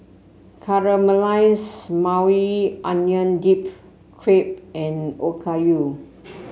Caramelized Maui Onion Dip Crepe and Okayu